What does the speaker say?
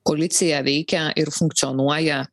koalicija veikia ir funkcionuoja